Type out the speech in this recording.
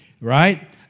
right